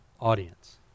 audience